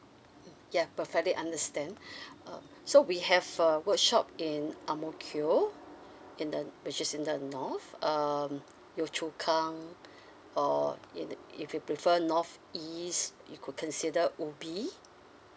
mm ya perfectly understand uh so we have a workshop in ang mo kio in the which is in the north um yio chu kang or in the if you prefer north east you could consider ubi